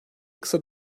kısa